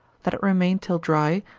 let it remain till dry,